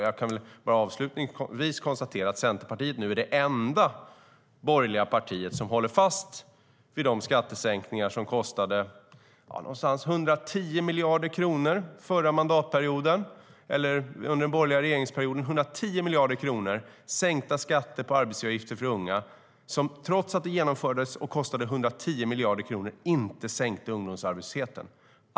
Jag kan bara avslutningsvis konstatera att Centerpartiet är det enda borgerliga partiet som håller fast vid de skattesänkningar som kostade runt 110 miljarder kronor under den borgerliga regeringsperioden. Det gällde sänkta skatter på arbetsgivaravgifter för unga. Trots att de genomfördes och kostade 110 miljarder kronor sänkte de inte ungdomsarbetslösheten.